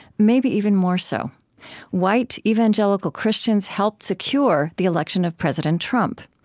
maybe even more so white evangelical christians helped secure the election of president trump.